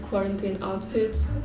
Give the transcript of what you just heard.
quarantine outfits,